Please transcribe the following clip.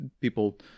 people